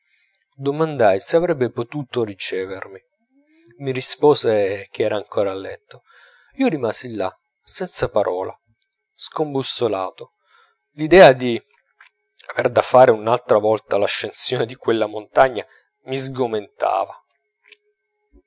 meraviglia domandai se avrebbe potuto ricevermi mi rispose che era ancora a letto io rimasi là senza parola scombussolato l'idea di aver da fare un'altra volta l'ascensione di quella montagna mi sgomentava